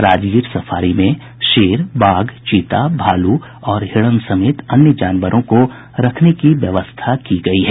Rajgir safari में शेर बाघ चीता भालू और हिरण समेत अन्य जानवरों के रखने की व्यवस्था की गयी है